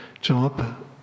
job